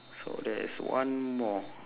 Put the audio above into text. so there is one more